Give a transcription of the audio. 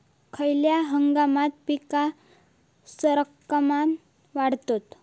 खयल्या हंगामात पीका सरक्कान वाढतत?